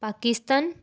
Pakistan